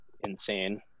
insane